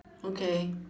okay